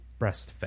breastfed